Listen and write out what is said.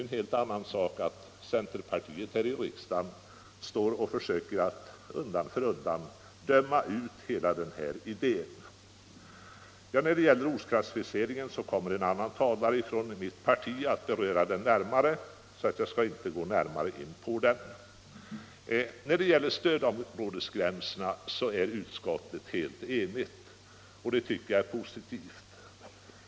En helt annan sak är att centerpartiet här i riksdagen ständigt dömer ut hela idén med ortsklassificeringen. En annan talare från mitt parti kommer att närmare beröra ortsklassificeringen — jag skall därför inte gå närmare in på den. När det gäller stödområdesgränserna är utskottet helt enigt, och det tycker jag är positivt.